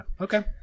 Okay